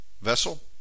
vessel